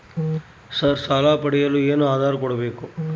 Sir ಸಾಲ ಪಡೆಯಲು ಏನು ಆಧಾರ ಕೋಡಬೇಕು?